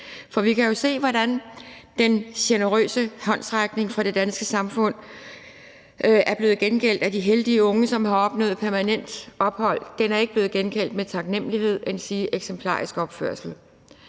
For vi kan jo se, hvordan den generøse håndsrækning fra det danske samfund er blevet gengældt af de heldige unge, som har opnået permanent ophold. Den er ikke blevet gengældt med taknemlighed, endsige eksemplarisk opførsel.